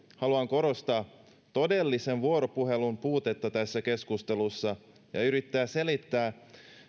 haluan korostaa todellisen vuoropuhelun puutetta tässä keskustelussa ja yrittää selittää